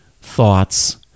thoughts